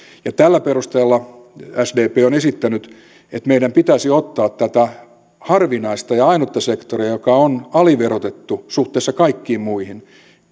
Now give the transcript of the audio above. tällä perusteella sdp on esittänyt että meidän pitäisi ottaa tätä harvinaista ja ja ainutta sektoria joka on aliverotettu suhteessa kaikkiin muihin